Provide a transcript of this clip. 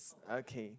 okay